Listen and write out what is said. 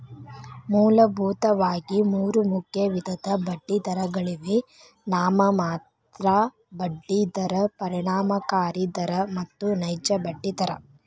ಮೂಲಭೂತವಾಗಿ ಮೂರು ಮುಖ್ಯ ವಿಧದ ಬಡ್ಡಿದರಗಳಿವೆ ನಾಮಮಾತ್ರ ಬಡ್ಡಿ ದರ, ಪರಿಣಾಮಕಾರಿ ದರ ಮತ್ತು ನೈಜ ಬಡ್ಡಿ ದರ